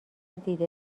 دیده